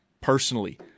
personally